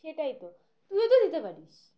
সেটাই তো তুইও তো দিতে পারিস